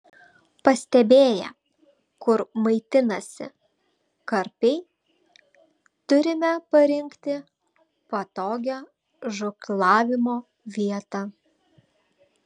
pastebėję kur maitinasi karpiai turime parinkti patogią žūklavimo vietą